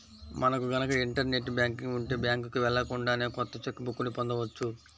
మనకు గనక internet banking ఉంటే బ్యాంకుకి వెళ్ళకుండానే కొత్త చెక్ బుక్ ని పొందవచ్చు